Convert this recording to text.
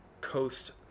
coast